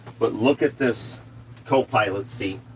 but look at this co-pilot seat.